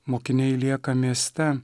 mokiniai lieka mieste